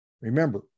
Remember